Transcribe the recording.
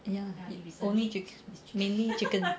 ya only mainly chicken